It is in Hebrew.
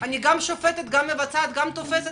שאני אהיה גם שופטת, גם מבצעת, גם תופסת?